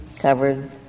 covered